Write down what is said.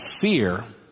fear